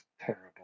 terrible